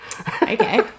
Okay